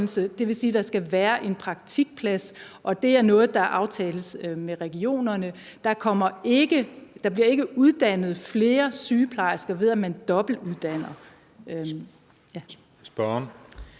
Det vil sige, at der skal være en praktikplads, og det er noget, der aftales med regionerne. Der bliver ikke uddannet flere sygeplejersker, ved at man dobbeltuddanner.